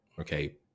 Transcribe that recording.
okay